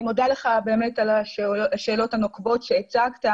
אני מודה לך על השאלות הנוקבות שהצגת.